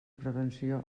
prevenció